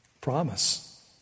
Promise